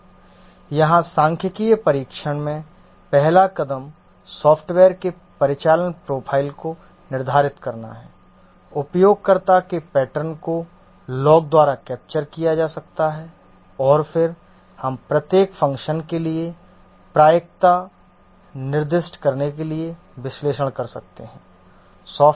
तो यहाँ सांख्यिकीय परीक्षण में पहला कदम सॉफ्टवेयर के परिचालन प्रोफाइल को निर्धारित करना है उपयोगकर्ता के पैटर्न को लॉग द्वारा कैप्चर किया जा सकता है और फिर हम प्रत्येक फ़ंक्शन के लिए प्रायिकता निर्दिष्ट करने के लिए विश्लेषण कर सकते हैं